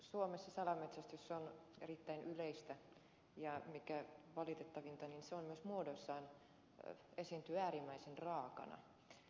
suomessa salametsästys on erittäin yleistä ja mikä valitettavinta se myös muodoissaan esiintyy äärimmäisen raakana